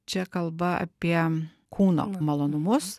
čia kalba apie kūno malonumus